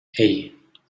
hey